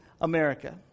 America